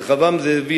רחבעם זאבי,